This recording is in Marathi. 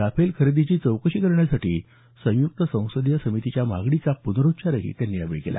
राफेल खरेदीची चौकशी करण्यासाठी संयुक्त संसदीय समितीच्या मागणीचा प्नरुच्चारही त्यांनी यावेळी केला